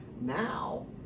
now